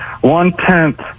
one-tenth